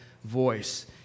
voice